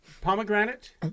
pomegranate